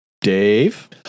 Dave